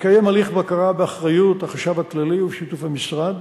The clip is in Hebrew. מתקיים הליך בקרה באחריות החשב הכללי ובשיתוף המשרד.